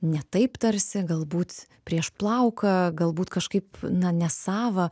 ne taip tarsi galbūt prieš plauką galbūt kažkaip na nesava